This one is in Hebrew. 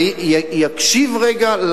ויקשיב רגע,